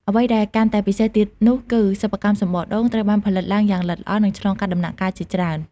អ្វីដែលកាន់តែពិសេសទៀតនោះគឺ សិប្បកម្មសំបកដូង ត្រូវបានផលិតឡើងយ៉ាងល្អិតល្អន់ និងឆ្លងកាត់ដំណាក់កាលជាច្រើន។